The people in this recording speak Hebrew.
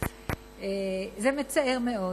זה מצער מאוד.